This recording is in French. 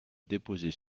déposés